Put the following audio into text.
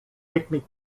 picnic